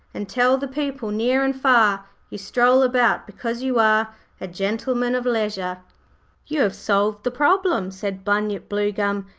and tell the people near and far you stroll about because you are a gentleman of leisure you have solved the problem said bunyip bluegum,